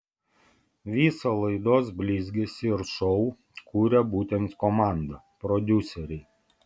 visą laidos blizgesį ir šou kuria būtent komanda prodiuseriai